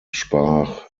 sprach